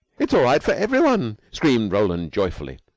it's all right for every one, screamed roland joyfully.